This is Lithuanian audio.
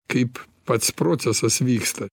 kaip pats procesas vyksta